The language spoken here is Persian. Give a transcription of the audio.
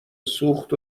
سوخت